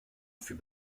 fut